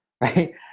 right